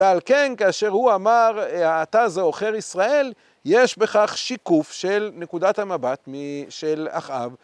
ועל כן, כאשר הוא אמר, האתה זה עוכר ישראל, יש בכך שיקוף של נקודת המבט של אחאב,